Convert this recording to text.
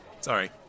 Sorry